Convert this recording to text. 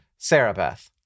Sarabeth